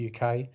uk